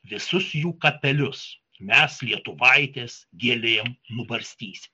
visus jų kapelius mes lietuvaitės gėlėm nubarstysim